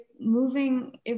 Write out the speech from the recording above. moving